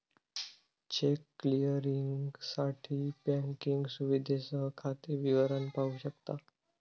check क्लिअरिंगसाठी banking सुविधेसह खाते विवरण पाहू शकता